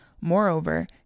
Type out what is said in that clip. Moreover